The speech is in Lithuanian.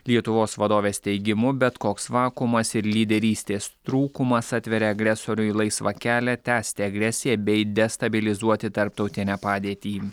lietuvos vadovės teigimu bet koks vakuumas ir lyderystės trūkumas atveria agresoriui laisvą kelią tęsti agresiją bei destabilizuoti tarptautinę padėtį